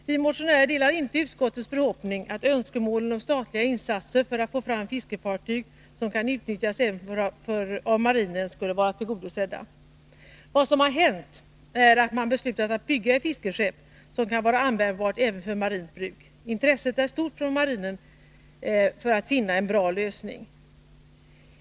Vi motionärer delar inte utskottets förhoppning, att önskemålen om 8 Riksdagens protokoll 1982/83:45-46 statliga insatser för att få fram fiskefartyg som kan utnyttjas även av marinen skulle vara tillgodosedda. Vad som hänt är att man beslutat att bygga ett fiskeskepp som kan vara användbart även för marint bruk. Intresset är stort från marinen att finna en bra lösning.